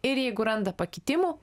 ir jeigu randa pakitimų